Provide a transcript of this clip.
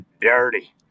dirty